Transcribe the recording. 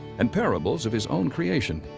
and parables of his own creation.